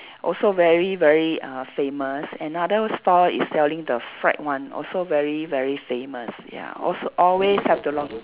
also very very uh famous another store is selling the fried one also very very famous ya also always have the long